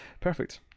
perfect